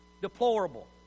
Deplorable